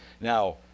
Now